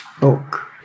book